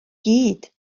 gyd